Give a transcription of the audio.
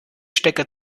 stecker